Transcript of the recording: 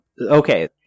Okay